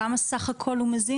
כמה סך הכל הוא מזין?